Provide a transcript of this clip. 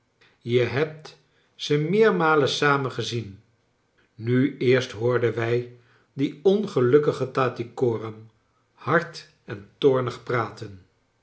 je hebt ze ineeri malen samen gezien nu eerst hoori den wij die ongelukkige tattycoram bard en toornig praten